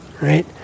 right